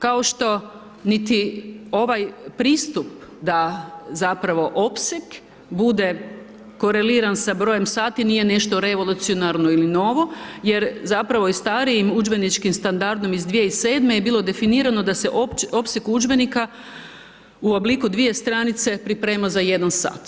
Kao što niti ovaj pristup da zapravo opseg bude koreliran sa brojem sati nije nešto revolucionarno ili novo jer zapravo i starijim udžbeničkim standardom iz 2007. je bilo definirano da se opseg udžbenika u obliku 2 stranice priprema za 1 sat.